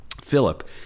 Philip